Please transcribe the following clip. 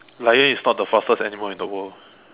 lion is not the fastest animal in the world